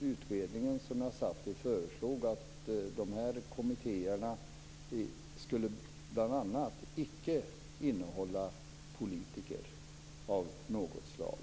utredningen jag deltog i föreslog att kommittéerna inte skulle innehålla politiker av något slag.